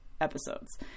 episodes